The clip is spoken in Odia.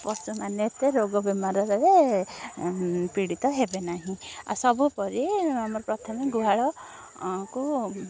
ପଶୁମାନେ ଏତେ ରୋଗ ବେମାରରେ ପୀଡ଼ିତ ହେବେ ନାହିଁ ଆଉ ସବୁ ପରି ଆମର ପ୍ରଥମେ ଗୁହାଳ କୁ